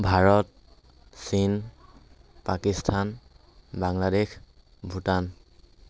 ভাৰত চীন পাকিস্তান বাংলাদেশ ভূটান